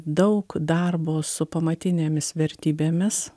daug darbo su pamatinėmis vertybėmis